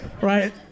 right